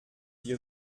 die